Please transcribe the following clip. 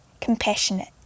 compassionate